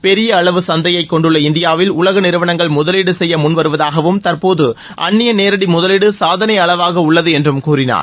பெரிய அளவு சந்தையைக் கொண்டுள்ள இந்தியாவில் உலக நிறுவனங்கள் முதலீடு செய்ய முன்வருவதாகவும் தற்போது அந்நிய நேரடி முதலீடு சாதனை அளவாக உள்ளது என்றும் கூறினார்